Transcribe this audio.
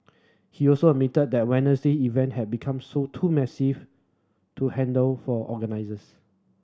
he also admitted that event had become so too massive to handle for organisers